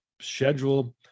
schedule